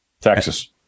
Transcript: Texas